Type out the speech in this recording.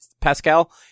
Pascal